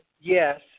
Yes